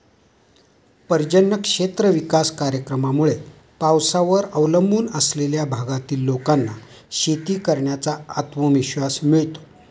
पर्जन्य क्षेत्र विकास कार्यक्रमामुळे पावसावर अवलंबून असलेल्या भागातील लोकांना शेती करण्याचा आत्मविश्वास मिळतो